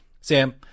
Sam